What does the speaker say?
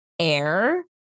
air